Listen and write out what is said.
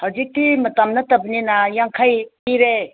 ꯍꯧꯖꯤꯛꯇꯤ ꯃꯇꯝ ꯅꯠꯇꯕꯅꯤꯅ ꯌꯥꯡꯈꯩ ꯄꯤꯔꯦ